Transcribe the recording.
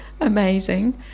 amazing